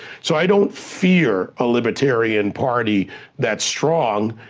so i don't fear a libertarian party that's strong.